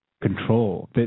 Control